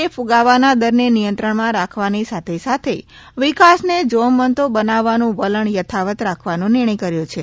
એ કુગાવાના દરને નિયંત્રણમાં રાખવાની સાથે સાથે વિકાસને જોમવંતો બનાવવા નું વલણ યથાવત રાખવાનો નિર્ણય કર્યો છે